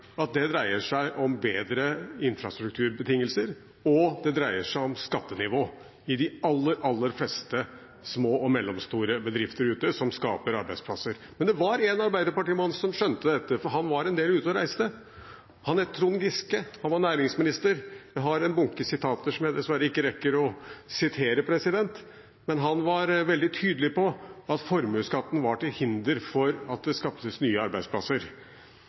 at det dreier seg om bedre infrastrukturbetingelser, og det dreier seg om skattenivå i de aller fleste små og mellomstore bedrifter ute som skaper arbeidsplasser. Men det var en arbeiderpartimann som skjønte dette, for han var en del ute og reiste. Han het Trond Giske, han var næringsminister. Jeg har en bunke sitater som jeg dessverre ikke rekker å lese opp, men han var veldig tydelig på at formuesskatten var til hinder for at det ble skapt nye arbeidsplasser.